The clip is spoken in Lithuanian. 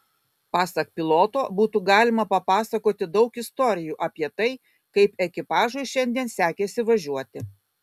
pasak piloto būtų galima papasakoti daug istorijų apie tai kaip ekipažui šiandien sekėsi važiuoti